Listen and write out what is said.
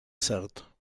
cert